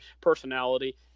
personality